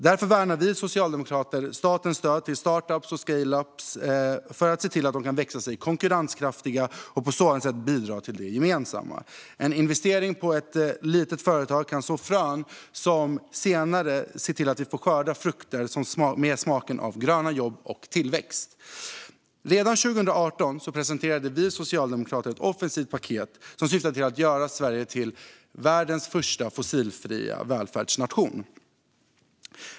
Därför värnar vi socialdemokrater statens stöd till startups och scaleups för att se till att de kan växa sig konkurrenskraftiga och på så sätt bidra till det gemensamma. En investering i ett litet företag kan så frön som gör att vi senare får skörda frukter med smak av gröna jobb och tillväxt. Redan 2018 presenterade vi socialdemokrater ett offensivt paket som syftade till att göra Sverige till världens första fossilfria välfärdsnation.